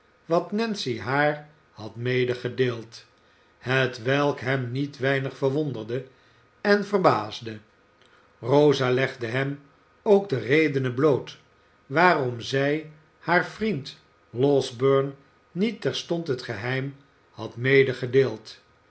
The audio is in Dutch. wat nancy haar had medegedeeld hetwelk hem niet weinig verwonderde en verbaasde rosa legde hem ook de redenen bloot waarom zij haar vriend losberne niet terstond het geheim had